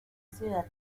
ciudad